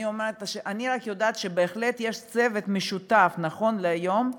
אני רק יודעת שבהחלט, יש צוות משותף, נכון להיום,